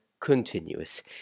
continuous